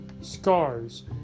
scars